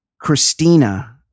Christina